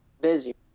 busy